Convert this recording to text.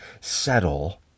settle